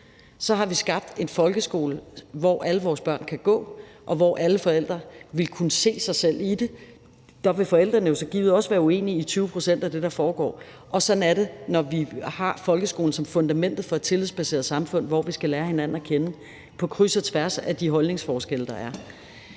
har vi skabt en folkeskole, hvor alle vores børn kan gå, og hvor alle forældre vil kunne se sig selv i det. Der vil forældrene jo så givet også være uenige i 20 pct. af det, der foregår. Og sådan er det, når vi har folkeskolen som fundamentet for et tillidsbaseret samfund, hvor vi skal lære hinanden at kende på kryds og tværs af de holdningsforskelle, der er.